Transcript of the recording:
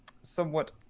somewhat